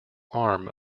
arm